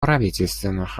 правительственных